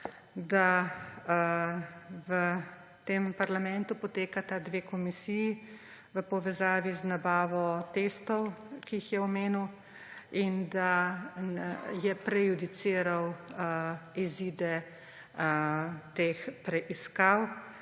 da v tem parlamentu potekata dve komisiji v povezavi z nabavo testov, ki jih je omenil, in da je prejudiciral izide teh preiskav,